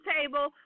table